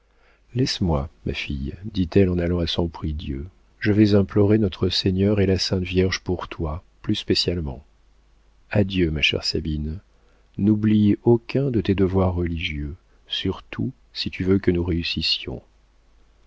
laisse-moi ma fille dit-elle en allant à son prie-dieu je vais implorer notre-seigneur et la sainte vierge pour toi plus spécialement adieu ma chère sabine n'oublie aucun de tes devoirs religieux surtout si tu veux que nous réussissions